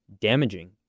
damaging